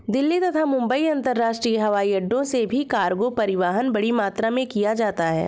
दिल्ली तथा मुंबई अंतरराष्ट्रीय हवाईअड्डो से भी कार्गो परिवहन बड़ी मात्रा में किया जाता है